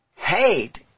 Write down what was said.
Hate